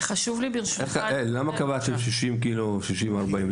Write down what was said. למה קבעתם 60 - 40?